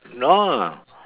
no lah